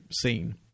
scene